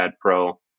Pro